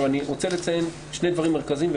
אני רוצה לציין שני דברים מרכזיים,